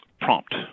prompt